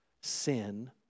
sin